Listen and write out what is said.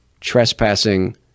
trespassing